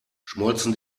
schmolzen